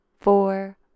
four